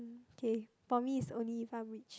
mm for me it's only if I'm rich